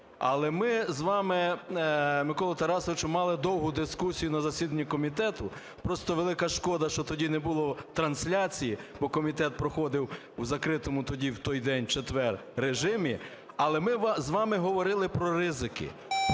Але ми з вами, Микола Тарасович, мали довгу дискусію на засіданні комітету. Просто велика шкода, що тоді не було трансляції, бо комітет проходив в закритому тоді, в той день, в четвер, режимі. Але ми з вами говорили про ризики,